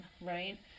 right